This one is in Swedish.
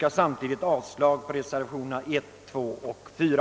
Detta yrkande innebär avslag på reservationerna 1, 2 och 4.